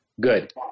Good